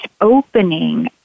opening